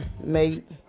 mate